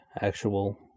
actual